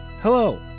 Hello